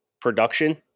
production